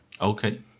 Okay